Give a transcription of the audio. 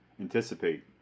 anticipate